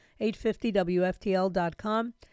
850wftl.com